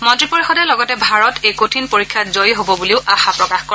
মন্ত্ৰী পৰিষদে লগতে ভাৰত এই কঠিন পৰীক্ষাত জয়ী হ'ব বুলি আশা প্ৰকাশ কৰে